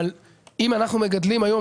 אבל אם אנחנו מגדלים היום,